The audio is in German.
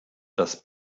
das